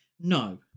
No